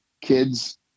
kids